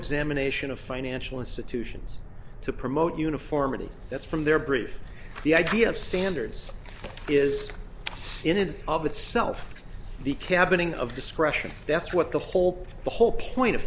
examination of financial institutions to promote uniformity that's from their brief the idea of standards is in and of itself the cabin of discretion that's what the whole the whole point